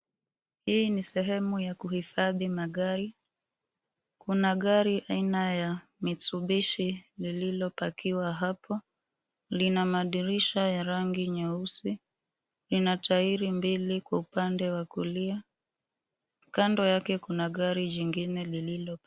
Hii ni sehemu ya kuhifadhi magari ,kuna gari aina ya Mistubishi lililopakiwa hapo. Lina madirisha ya rangi nyeusi lina tairi mbili kwa upande wa kulia. Kando yake kuna gari jingine lililo pakiwa.